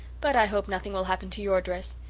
but i hope nothing will happen to your dress.